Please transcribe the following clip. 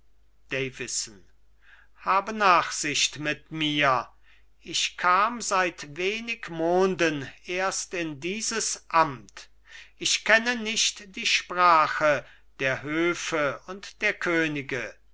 habe nachsicht mit mir ich kam seit wenig monden erst in dieses amt ich kenne nicht die sprache der höfe und der könige